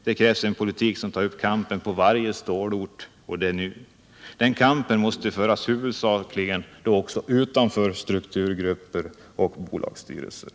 Det krävs en politik som tar upp kampen på varje stålort — och det nu! Den kampen måste också huvudsakligen föras utanför strukturgrupper och bolagsstyrelser.